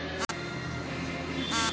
UPI सुविधा केतना सुरक्षित ह?